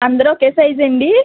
అందరూ ఒకే సైజ్ అండి